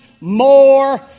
more